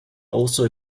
also